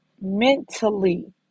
mentally